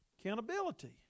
Accountability